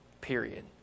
Period